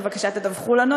בבקשה תדווחו לנו,